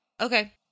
Okay